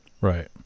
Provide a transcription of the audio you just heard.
Right